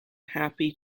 happy